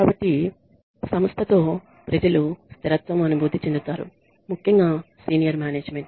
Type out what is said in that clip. కాబట్టి సంస్థతో ప్రజలు స్థిరత్వం అనుభూతి చెందుతారు ముఖ్యంగా సీనియర్ మేనేజ్మెంట్